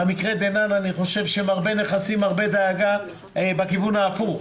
במקרה דנן אני חושב שמרבה נכסים מרבה דאגה בכיוון ההפוך.